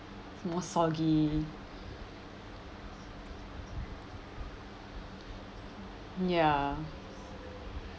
more soggy